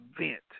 event